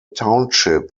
township